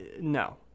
no